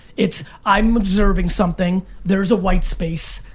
it's i'm observing something, there's a white space,